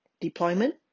deployment